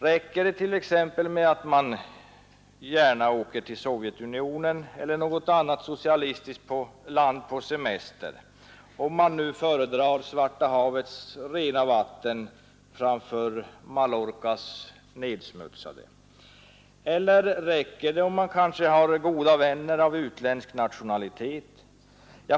Räcker det t.ex. med att man gärna åker till Sovjetunionen eller något annat socialistiskt land på semester, om man nu föredrar Svarta havets rena vatten framför Mallorcas nedsmutsade? Eller räcker det kanske om man har goda vänner av utländsk nationalitet?